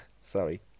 sorry